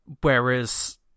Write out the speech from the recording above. Whereas